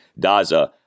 Daza